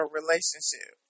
relationship